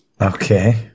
Okay